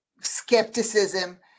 skepticism